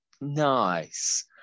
Nice